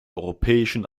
europäischen